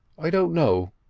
i don't know,